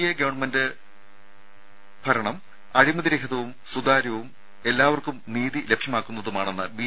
A government ഭരണം അഴിമതി രഹിതവും സുതാര്യവും എല്ലാവർക്കും നീതി ലഭ്യമാക്കുന്നതുമാണെന്ന് ബി